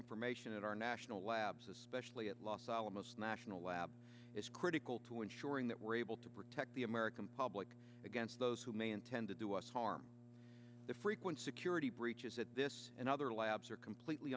information at our national labs especially at los alamos national lab is critical to ensuring that we're able to protect the american public against those who may intend to do us harm the frequent security breaches at this and other labs are completely